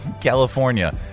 California